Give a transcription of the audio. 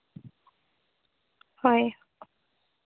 ᱦᱳᱭ